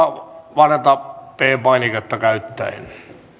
varata p painiketta käyttäen